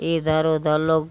इधर उधर लोग